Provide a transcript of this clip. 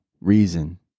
reason